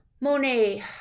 Monet